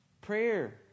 Prayer